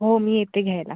हो मी येते घ्यायला